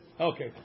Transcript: Okay